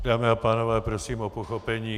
Dámy a pánové, prosím o pochopení.